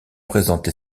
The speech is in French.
présente